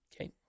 Okay